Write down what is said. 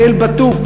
באלבטוף,